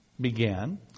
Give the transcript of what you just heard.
began